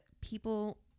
people